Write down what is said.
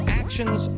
actions